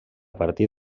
partir